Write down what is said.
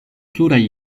pluraj